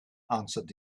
answered